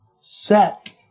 set